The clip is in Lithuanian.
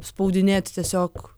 spaudinėt tiesiog